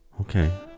Okay